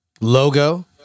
logo